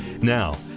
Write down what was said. Now